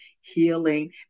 healing